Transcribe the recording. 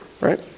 right